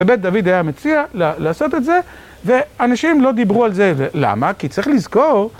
בבית דוד היה מציע לעשות את זה ואנשים לא דיברו על זה, ולמה? כי צריך לזכור.